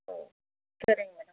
okay சரிங்க ma'am